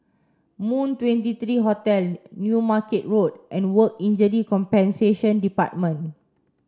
Moon twenty three Hotel New Market Road and Work Injury Compensation Department